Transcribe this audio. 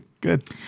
good